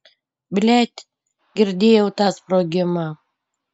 blet girdėjau tą sprogimą